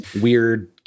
weird